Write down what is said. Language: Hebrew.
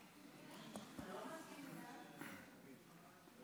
לא ביקרתי את הנואמים.